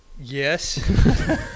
Yes